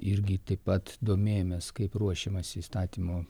irgi taip pat domėjomės kaip ruošiamasi įstatymo